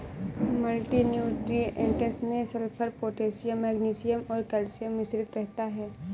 multi nutrients में sulphur, potassium magnesium और calcium मिश्रित रहता है